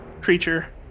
creature